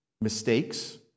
mistakes